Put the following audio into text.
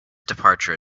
departure